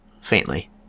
faintly